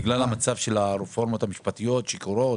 בגלל המצב של הרפורמות המשפטיות שקורות,